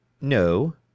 No